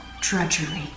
drudgery